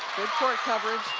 good court coverage.